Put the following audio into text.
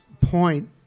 point